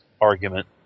argument